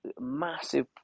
massive